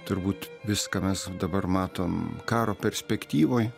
turbūt viską mes dabar matom karo perspektyvoj